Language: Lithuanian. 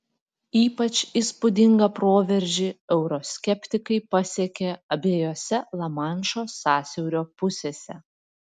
ypač įspūdingą proveržį euroskeptikai pasiekė abiejose lamanšo sąsiaurio pusėse